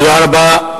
תודה רבה.